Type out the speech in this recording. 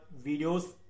videos